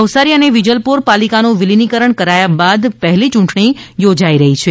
નવસારી અને વિજલપોર પાલિકાનું વિલીનીકરણ કરાયા બાદ પહેલી યૂંટણી યોજાઇ રહી છે